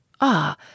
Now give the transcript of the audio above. Ah